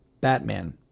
Batman